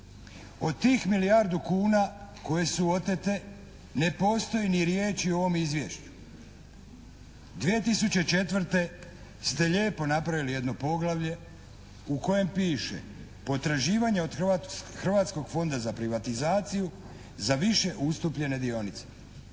Od tih milijardu kuna koje su otete ne postoji ni riječi u ovom izvješću. 2004. ste lijepo napravili jedno poglavlje u kojem piše: «Potraživanje od Hrvatskog fonda za privatizaciju za više ustupljene dionice.»